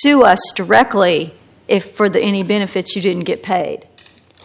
sue us directly if for that any benefits you didn't get paid